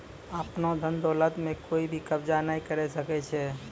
आपनो धन दौलत म कोइ भी कब्ज़ा नाय करै सकै छै